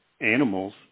animals